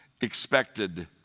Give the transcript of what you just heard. expected